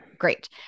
Great